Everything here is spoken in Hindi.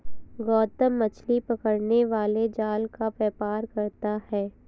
गौतम मछली पकड़ने वाले जाल का व्यापार करता है